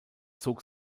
zog